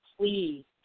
please